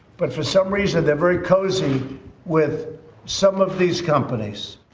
but for some reason, they're very cozy with some of these companies.